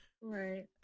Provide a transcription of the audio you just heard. Right